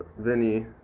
Vinny